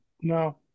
No